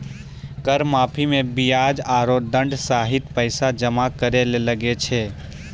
कर माफी मे बियाज आरो दंड सहित पैसा जमा करे ले लागै छै